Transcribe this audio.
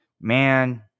man